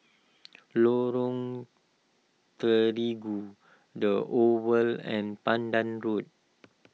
Lorong Terigu the Oval and Pandan Road